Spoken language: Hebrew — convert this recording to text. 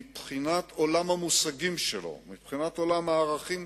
מבחינת עולם המושגים שלו, מבחינת עולם הערכים